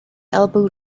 elbow